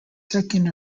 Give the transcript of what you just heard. second